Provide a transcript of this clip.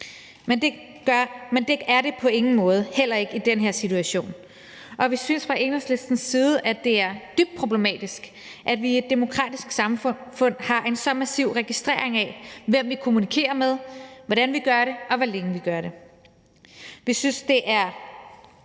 men det er det på ingen måde, heller ikke i den her situation. Og vi synes fra Enhedslistens side, at det er dybt problematisk, at vi i et demokratisk samfund har en så massiv registrering af, hvem vi kommunikerer med, hvordan vi gør det, og hvor længe vi gør det. Vi synes, det er